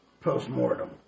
post-mortem